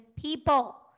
people